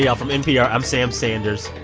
yeah from npr, i'm sam sanders.